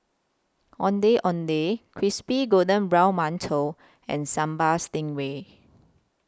Ondeh Ondeh Crispy Golden Brown mantou and Sambal Stingray